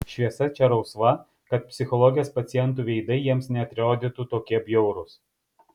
šviesa čia rausva kad psichologės pacientų veidai jiems neatrodytų tokie bjaurūs